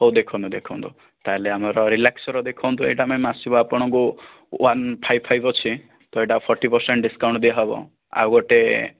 ହଉ ଦେଖନ୍ତୁ ଦେଖନ୍ତୁ ତାହାଲେ ଆମର ରିଲାକ୍ସୋର ଦେଖନ୍ତୁ ଏଇଟା ମ୍ୟାମ ଆସିବ ଆପଣଙ୍କୁ ୱାନ୍ ଫାଇଭ୍ ଫାଇଭ୍ ଅଛି ତ ଏଇଟା ଫୋଟି ପରସେଣ୍ଟ ଡିସ୍କାଉଣ୍ଟ ଦିଆହେବ ଆଉ ଗୋଟେ